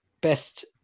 Best